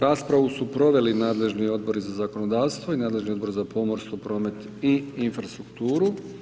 Raspravu su proveli nadležni Odbori za zakonodavstvo i nadležni Odbor za pomorstvo, promet i infrastrukturu.